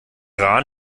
rahn